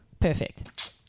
Perfect